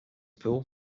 pool